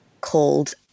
called